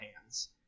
hands